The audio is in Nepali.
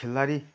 खेलाडी